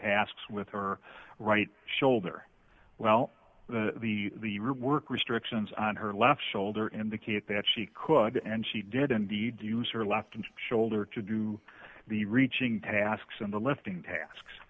tasks with her right shoulder well the the real work restrictions on her left shoulder indicate that she could and she did indeed use her left and shoulder to do the reaching tasks and the lifting tasks